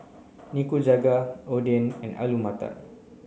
Nikujaga Oden and Alu Matar